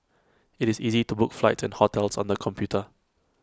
IT is easy to book flights and hotels on the computer